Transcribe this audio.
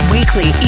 Weekly